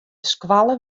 skoalle